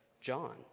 John